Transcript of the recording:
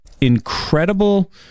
incredible